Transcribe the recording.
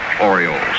Orioles